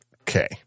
Okay